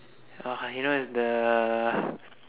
ya you know it's the